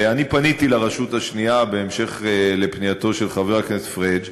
ואני פניתי לרשות השנייה בהמשך לפנייתו של חבר הכנסת פריג',